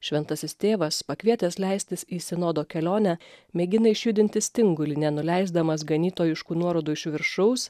šventasis tėvas pakvietęs leistis į sinodo kelionę mėgina išjudinti stingulį nenuleisdamas ganytojiškų nuorodų iš viršaus